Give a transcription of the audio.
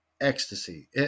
ecstasy